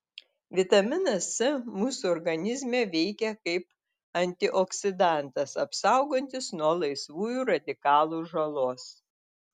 vitaminas c mūsų organizme veikia kaip antioksidantas apsaugantis nuo laisvųjų radikalų žalos